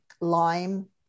lime